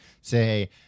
Say